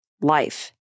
life